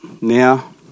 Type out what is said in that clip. now